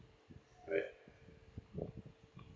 alright